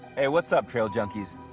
hey what's up trail junkies.